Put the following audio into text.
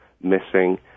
missing